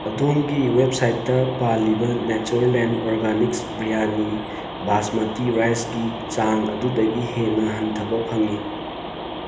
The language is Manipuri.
ꯑꯗꯣꯝꯒꯤ ꯋꯦꯕ ꯁꯥꯏꯠꯇ ꯄꯥꯜꯂꯤꯕ ꯅꯦꯆꯔꯂꯦꯟ ꯑꯣꯔꯒꯥꯅꯤꯛꯁ ꯕꯤꯔꯌꯥꯅꯤ ꯕꯥꯁꯃꯥꯇꯤ ꯔꯥꯏꯁꯀꯤ ꯆꯥꯡ ꯑꯗꯨꯗꯒꯤ ꯍꯦꯟꯅ ꯍꯟꯊꯕ ꯐꯪꯉꯤ